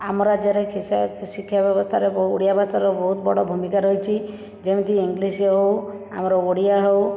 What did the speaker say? ଆମ ରାଜ୍ୟରେ ଶିକ୍ଷା ବ୍ୟବସ୍ଥାରେ ବହୁ ଓଡ଼ିଆ ଭାଷାରେ ବହୁତ ବଡ଼ ଭୂମିକା ରହିଛି ଯେମିତି ଇଂଲିଶ୍ ହେଉ ଆମର ଓଡ଼ିଆ ହେଉ